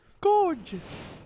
gorgeous